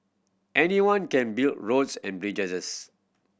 anyone can build roads and